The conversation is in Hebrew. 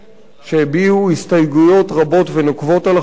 שהביעו הסתייגויות רבות ונוקבות על החוק הזה.